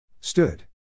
Stood